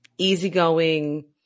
easygoing